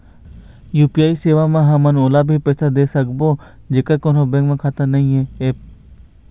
UPI सेवा म हमन ओला भी पैसा दे सकबो जेकर कोन्हो बैंक खाता नई ऐप?